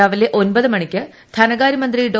രാവിലെ ഒൻപതു മണിക്ക് ധനകാര്യമന്ത്രി ഡോ